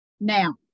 Now